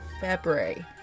February